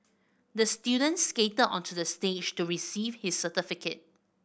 the student skated onto the stage to receive his certificate